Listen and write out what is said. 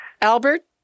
Albert